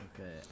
Okay